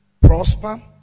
prosper